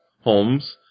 Holmes